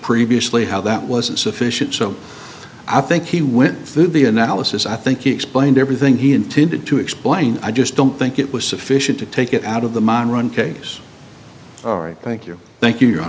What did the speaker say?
previously how that wasn't sufficient so i think he went through the analysis i think he explained everything he intended to explain i just don't think it was sufficient to take it out of the modern run case thank you thank you